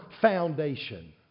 foundation